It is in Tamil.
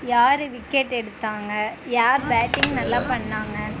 யார் விக்கெட் எடுத்தாங்க யார் பேட்டிங் நல்லா பண்ணாங்க